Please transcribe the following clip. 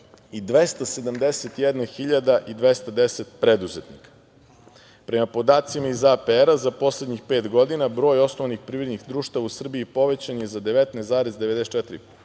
i 271.210 preduzetnika. Prema podacima iz APR-a za poslednjih pet godina broj osnovanih privrednih društava u Srbiji povećan je za 19,94%